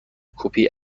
کپی